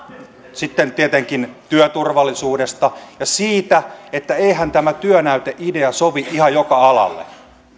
sitten tietenkin työturvallisuudesta ja siitä että eihän tämä työnäyteidea sovi ihan joka alalle